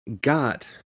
got